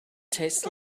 tastes